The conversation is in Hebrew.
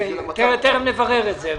תכף נברר את זה.